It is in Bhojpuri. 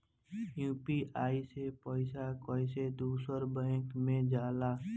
यू.पी.आई से पैसा कैसे दूसरा बैंक मे जाला?